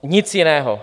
Nic jiného.